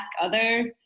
others